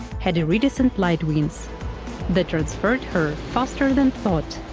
had iridescent light wings that transferred her faster than thought,